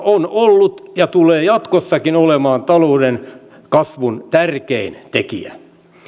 on ollut ja tulee jatkossakin olemaan talouden kasvun tärkein tekijä